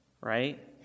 right